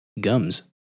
Gums